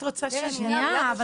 את רוצה שאני אענה לך?